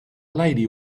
lady